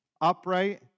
upright